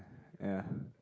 ya